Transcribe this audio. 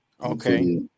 okay